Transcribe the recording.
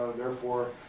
therefore,